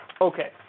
Okay